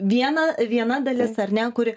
viena viena dalis ar ne kuri